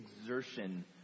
exertion